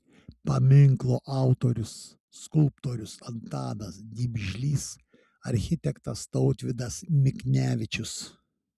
paminklo autorius skulptorius antanas dimžlys architektas tautvydas miknevičius